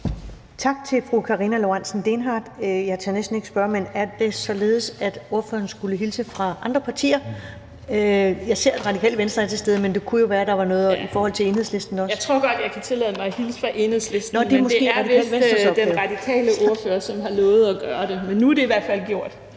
Tak til fru Karina Lorentzen Dehnhardt. Jeg tør næsten ikke spørge, men er det således, at ordføreren skulle hilse fra andre partier? Jeg ser, at Det Radikale Venstre er til stede, men det kunne jo være, at der var noget i forhold til Enhedslisten også. (Karina Lorentzen Dehnhardt (SF): Jeg tror godt, jeg kan tillade mig at hilse fra Enhedslisten, men det er vist den radikale ordfører, som har lovet at gøre det. Men nu er det i hvert fald gjort).